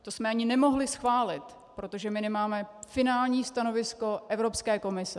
To jsme ani nemohli schválit, protože nemáme finální stanovisko Evropské komise.